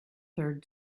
third